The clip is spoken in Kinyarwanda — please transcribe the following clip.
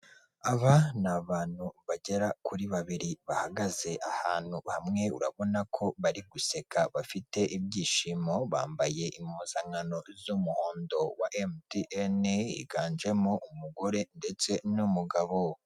Aba ni abantu bagera kuri babiri bahagaze ahantu hamwe urabona ko bari guseka bafite ibyishimo bambaye impuzankano z'umuhondo wa emutiyeni higanjemo umugore ndetse n'umugabo.